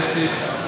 גברתי השרה,